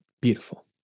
Beautiful